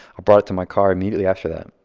i brought it to my car immediately after that.